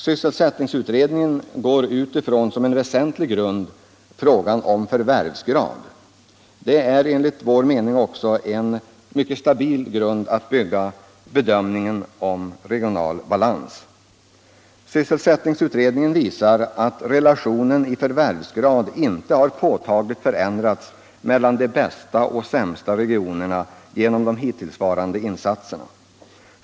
Sysselsättningsutredningen utgår ifrån förvärvsgraden som en väsentlig grund. Det är enligt vår mening också en mycket stabil grund att bygga en bedömning av den regionalpolitiska balansen på. Sysselsättningsutredningen visar att relationerna mellan de bästa och sämsta regionerna beträffande förvärvsgrad inte har förändrats påtagligt genom hittillsvarande insatser.